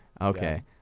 Okay